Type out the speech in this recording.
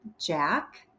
Jack